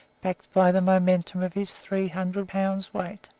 backed by the momentum of his three hundred pounds' weight,